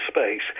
space